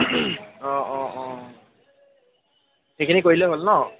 অঁ অঁ অঁ সেইখিনি কৰিলে হ'ল নহ্